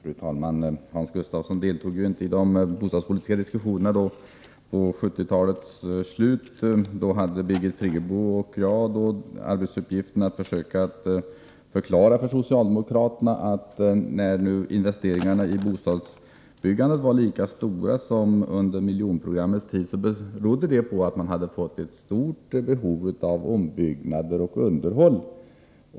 Fru talman! Hans Gustafsson deltog ju inte i de bostadspolitiska diskussionerna i slutet av 1970-talet. Då hade Birgit Friggebo och jag den arbetsuppgiften att försöka förklara för socialdemokraterna, att när investeringarna i bostadsbyggandet var lika stora som under miljonprogrammets dagar, berodde det på att det hade uppstått ett stort behov av ombyggnader och underhåll.